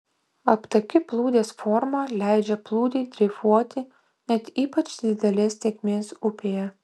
aptaki plūdės forma leidžia plūdei dreifuoti net ypač didelės tėkmės upėje